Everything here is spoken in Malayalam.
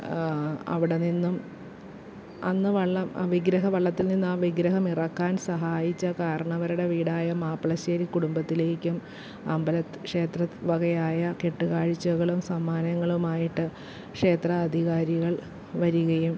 അവിടെ നിന്നും അന്ന് വള്ളം വിഗ്രഹം വള്ളത്തിൽ നിന്ന് ആ വിഗ്രഹം ആ വള്ളത്തിൽ നിന്നിറക്കാൻ സഹായിച്ച കാർന്നവരുടെ വീടായ മാപ്പിളശ്ശേരി കുടുംബത്തിലേക്കും അമ്പലം ക്ഷേത്രം വകയായ കെട്ട് കാഴ്ചകളും സമ്മാനങ്ങളുമായിട്ട് ക്ഷേത്രാധികാരികൾ വരികയും